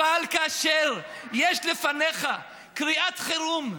אבל כאשר יש לפניך קריאת חירום,